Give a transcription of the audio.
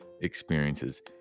experiences